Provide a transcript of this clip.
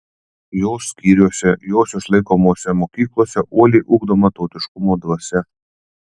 jos skyriuose jos išlaikomose mokyklose uoliai ugdoma tautiškumo dvasia